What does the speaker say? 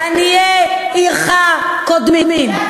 עניי עירך קודמים.